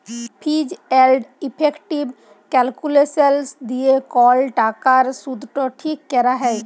ফিজ এলড effective calculations দিয়ে কল টাকার শুধট ঠিক ক্যরা হ্যয়